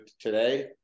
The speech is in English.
today